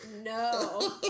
No